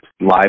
live